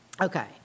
Okay